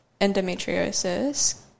endometriosis